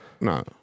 no